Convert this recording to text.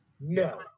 No